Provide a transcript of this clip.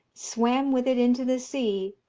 swam with it into the sea,